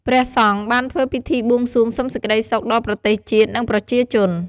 ព្រះសង្ឃបានធ្វើពិធីបួងសួងសុំសេចក្តីសុខដល់ប្រទេសជាតិ និងប្រជាជន។